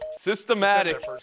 Systematic